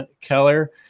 Keller